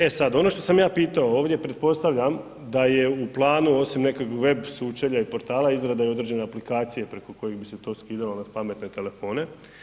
E sad, ono što sam ja pitao ovdje, pretpostavljam da je u planu osim nekog web sučelja i portala, izrada i određene aplikacije preko koje bi se to skidalo na pametne telefone.